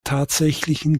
tatsächlichen